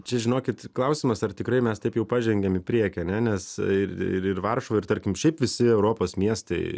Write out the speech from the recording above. čia žinokit klausimas ar tikrai mes taip jau pažengėm į priekį ane nes ir ir varšuva ir tarkim šiaip visi europos miestai